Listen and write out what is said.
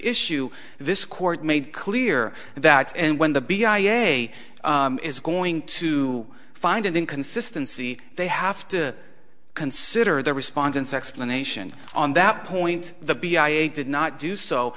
issue this court made clear that when the b i a is going to find an inconsistency they have to consider the respondents explanation on that point the b i a did not do so